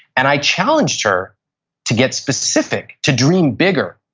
and i challenged her to get specific, to dream bigger.